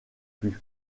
plus